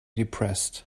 depressed